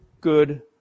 good